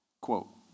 Quote